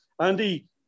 Andy